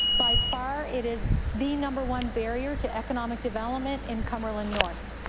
by far it is the number one barrier to economic development in cumberland north.